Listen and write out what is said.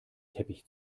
teppich